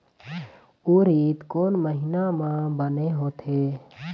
उरीद कोन महीना म बने होथे?